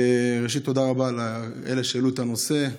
ראשית, תודה רבה לאלה שהעלו את הנושא.